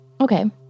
Okay